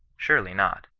surely not.